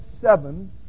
seven